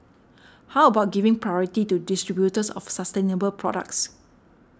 how about giving priority to distributors of sustainable products